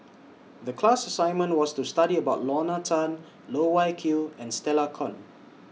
The class assignment was to study about Lorna Tan Loh Wai Kiew and Stella Kon